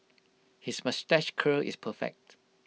his moustache curl is perfect